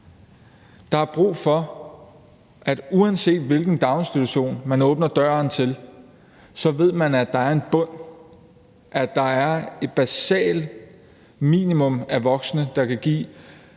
Der er brug for, at man ved, uanset hvilken daginstitution man åbner døren til, at der er en bund, at der er et basalt minimum af voksne, der kan give